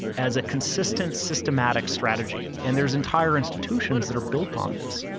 as a consistent systematic strategy. and there's entire institutions that are built on this.